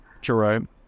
Jerome